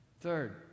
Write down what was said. Third